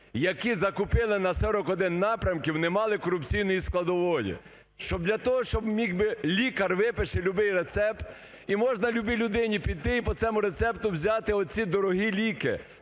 які закупили на 41 напрямки не мали корупційної складової? Щоб для того, щоб міг би… лікар випише любий рецепт і можна любій людині піти і по цьому рецепту взяти оці дорогі ліки.